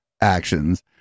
actions